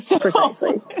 Precisely